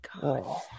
god